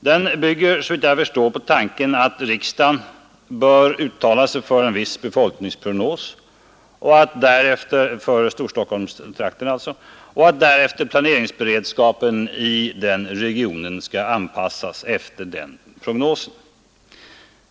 Den bygger såvitt jag förstår på tanken att riksdagen bör uttala sig för en viss befolkningsprognos för Storstockholmsregionen och att därefter planeringsberedskapen i regionen skall anpassas efter den prognosen.